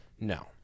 no